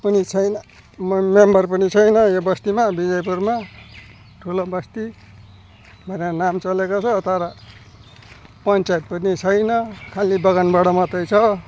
पनि छैन म पनि मेम्बर पनि छैन यो बस्तीमा विजयपुरमा ठुलो बस्ती भनेर नाम चलेको छ तर पञ्चायत पनि छैन खाली बगानबाट मात्रै छ